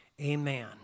Amen